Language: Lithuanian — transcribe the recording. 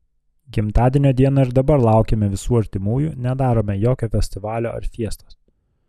gimtadienio dieną ir dabar laukiame visų artimųjų nedarome jokio festivalio ar fiestos